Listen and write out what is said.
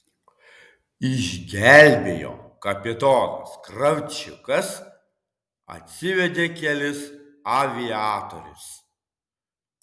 išgelbėjo kapitonas kravčiukas atsivedė kelis aviatorius